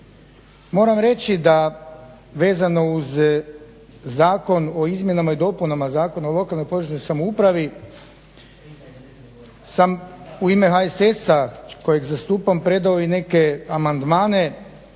Moram reći da vezano uz Zakon o izmjenama i dopunama Zakona o lokalnoj i područnoj samoupravi sam u ime HSS-a kojeg zastupam predao i neke amandmane